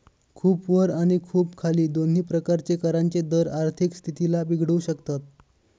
खूप वर आणि खूप खाली दोन्ही प्रकारचे करांचे दर आर्थिक स्थितीला बिघडवू शकतात